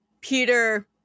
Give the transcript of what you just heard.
Peter